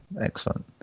excellent